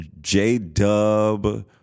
J-Dub